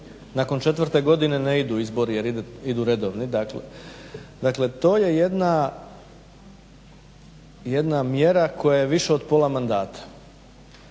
nakon četvrte godine ne idu izbori, jer idu redovni, dakle to jedna mjera koja je više od pola mandata.